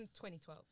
2012